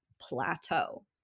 plateau